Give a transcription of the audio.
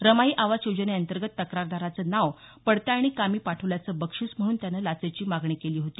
रमाई आवास योजने अंतर्गत तक्रारदाराचं नाव पडताळणी कामी पाठवल्याचं बक्षीस म्हणून त्यानं लाचेची मागणी केली होती